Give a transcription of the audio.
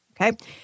Okay